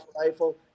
rifle